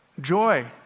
joy